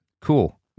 cool